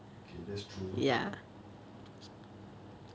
okay that's true